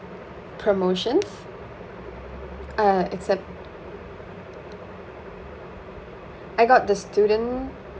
promotions uh except I got the student